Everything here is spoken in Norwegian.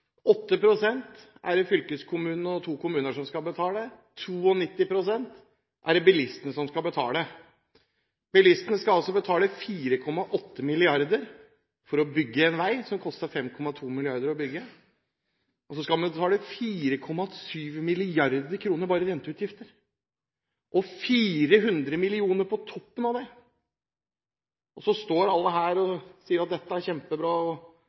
pst. er det fylkeskommunene og to kommuner som skal betale, 92 pst. er det bilistene som skal betale. Bilistene skal altså betale 4,8 mrd. kr for å få bygd en vei som det koster 5,2 mrd. kr å bygge, og så skal vi betale 4,7 mrd. kr bare i renteutgifter og 400 mill. kr på toppen av det. Så står alle her og sier at dette er kjempebra